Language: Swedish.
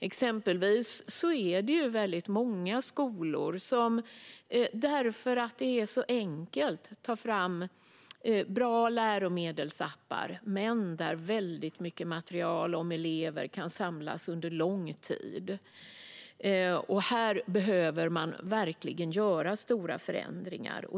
Exempelvis är det många skolor som tar fram bra läromedelsappar, för det är så enkelt, där dock mycket material om elever kan samlas under lång tid. Här behöver man göra stora förändringar.